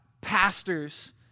pastors